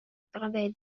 страдает